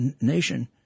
nation